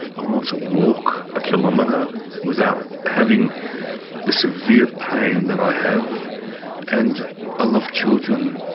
i want to walk a kilometre without having the severe pain that i have and i love children,